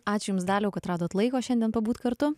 ačiū jums dariau kad radote laiko šiandien pabūt kartu